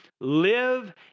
live